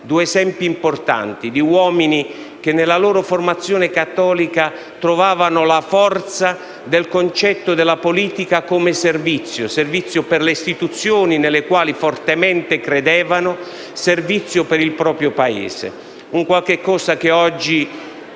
due esempi importanti di uomini che, nella loro formazione cattolica, trovavano la forza del concetto della politica come servizio per le istituzioni, nelle quali fortemente credevano, e per il proprio Paese, che è un qualcosa che,